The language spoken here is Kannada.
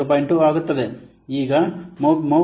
2 ಆಗುತ್ತದೆ ಈ ಮೌಲ್ಯವು ಎಷ್ಟು ಅಂದರೆ 40000 ಆಗಿರುತ್ತದೆಯೆ